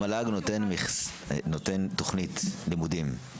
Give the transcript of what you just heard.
המל"ג נותן תכנית לימודים.